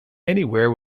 anywhere